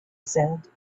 said